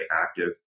active